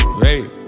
Hey